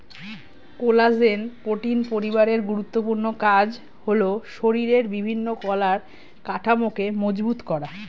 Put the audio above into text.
collagen protein পরিবারের গুরুত্বপূর্ণ কাজ হলো শরীরের বিভিন্ন কলার কাঠামোকে মজবুত করা